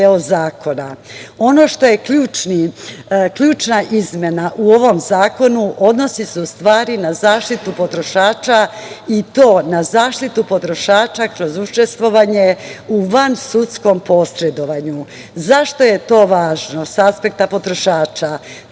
što je ključna izmena u ovom zakonu odnosi se u stvari na zaštitu potrošača i to na zaštitu potrošača kroz učestvovanje u vansudskom posredovanju. Zašto je to važno sa aspekta potrošača?